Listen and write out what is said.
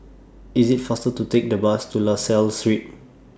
IT IS faster to Take The Bus to La Salle Street